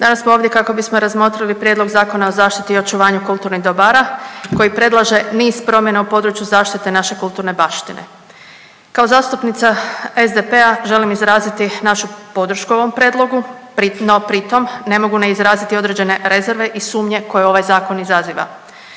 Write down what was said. Danas smo ovdje kako bismo razmotrili Prijedlog zakona o zaštiti i očuvanju kulturnih dobara koji predlaže niz promjena u području zaštite naše kulturne baštine. Kao zastupnica SDP-a želim izraziti našu podršku ovom prijedlogu, no pritom ne mogu ne izraziti određene rezerve i sumnje koje ovaj zakon izaziva.